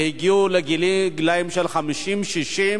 שהגיעו לגיל 50 60,